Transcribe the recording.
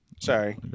Sorry